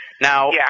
Now